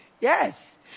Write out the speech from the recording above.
Yes